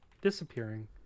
disappearing